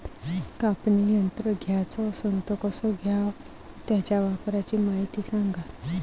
कापनी यंत्र घ्याचं असन त कस घ्याव? त्याच्या वापराची मायती सांगा